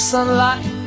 Sunlight